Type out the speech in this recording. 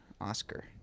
Oscar